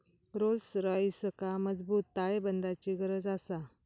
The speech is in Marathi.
रोल्स रॉइसका मजबूत ताळेबंदाची गरज आसा